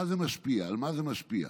על מה זה משפיע?